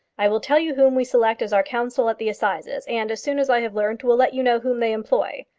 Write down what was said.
i will tell you whom we select as our counsel at the assizes, and, as soon as i have learnt, will let you know whom they employ.